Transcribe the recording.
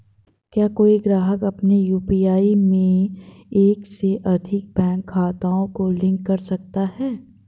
क्या कोई ग्राहक अपने यू.पी.आई में एक से अधिक बैंक खातों को लिंक कर सकता है?